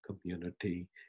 community